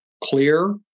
clear